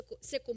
se